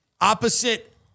Opposite